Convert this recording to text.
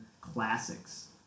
classics